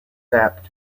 sap